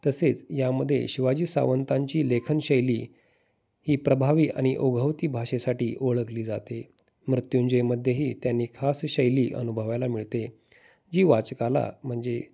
तसेच यामध्येे शिवाजी सावंतांची लेखनशैली ही प्रभावी आणि ओघवती भाषेसाठी ओळखली जाते मृत्युंजय मध्येही त्यांनी खास शैली अनुभवायला मिळते जी वाचकाला म्हणजे